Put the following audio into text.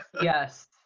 Yes